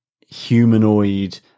humanoid